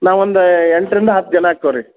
ನಾ ಒಂದು ಎಂಟರಿಂದ ಹತ್ತು ಜನ ಆಗ್ತೇವೆ ರೀ